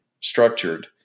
structured